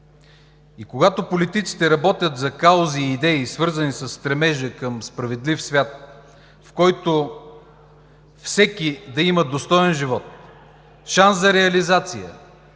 и когато политиците работят за каузи и идеи, свързани със стремежа към справедлив свят, в който всеки да има достоен живот, шанс за реализация